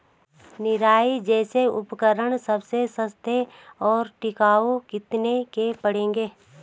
निराई जैसे उपकरण सबसे सस्ते और टिकाऊ कितने के पड़ेंगे?